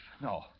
No